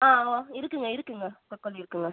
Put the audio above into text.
on ஆ இருக்குங்க இருக்குங்க தக்காளி இருக்குங்க